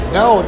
no